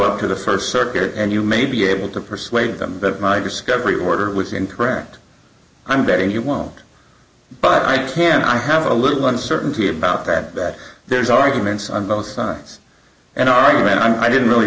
up to the first circuit and you may be able to persuade them that my discovery order was and correct i'm betting you want but i can't i have a little uncertainty about that that there's arguments on both sides an argument i didn't really